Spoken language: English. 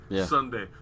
Sunday